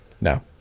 No